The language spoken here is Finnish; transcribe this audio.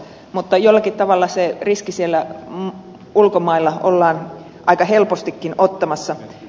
mutta jollakin tavalla se riski siellä ulkomailla ollaan aika helpostikin ottamassa